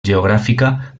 geogràfica